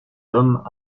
hommes